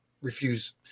refuse